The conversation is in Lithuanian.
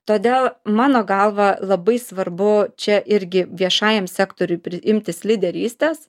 todėl mano galva labai svarbu čia irgi viešajam sektoriui imtis lyderystės